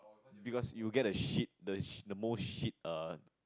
give us you will get the shit the the most shit err